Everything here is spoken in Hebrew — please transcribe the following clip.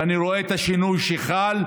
ואני רואה את השינוי שחל.